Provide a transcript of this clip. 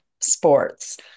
sports